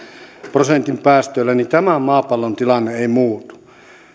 prosentin päästöillä ja tämän maapallon tilanne ei muutu